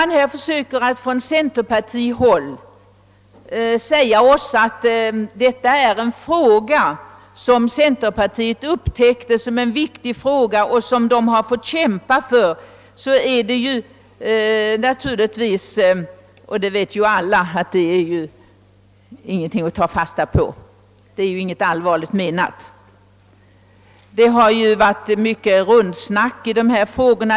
När centerpartiet hävdar att det var centerpartiet som upptäckte att miljövård var en viktig fråga, en fråga som det fått kämpa för, ligger det naturligtvis — det vet ju alla — inga fakta bakom. Sådant tal kan inte tas på allvar. Det är däremot riktigt att det förekommit mycket »rundsnack» i dessa frågor.